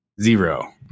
Zero